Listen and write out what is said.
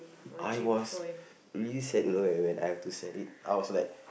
I was really sad to look at it like I have to send it out so like